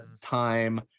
time